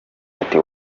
ati